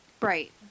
Right